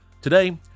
Today